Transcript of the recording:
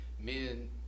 Men